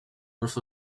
north